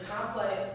Complex